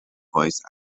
voice